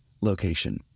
location